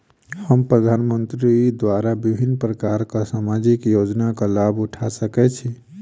हम प्रधानमंत्री द्वारा विभिन्न प्रकारक सामाजिक योजनाक लाभ उठा सकै छी?